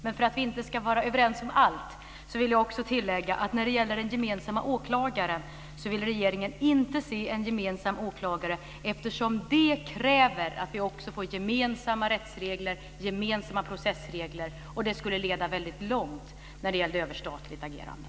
Men för att vi inte ska vara överens om allt så vill jag också tillägga att regeringen inte vill se gemensamma åklagare eftersom det kräver att vi också får gemensamma rättsregler och gemensamma processregler. Det skulle leda väldigt långt när det gäller överstatligt agerande.